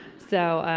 so